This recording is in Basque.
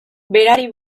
berari